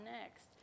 next